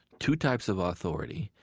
two types of authority,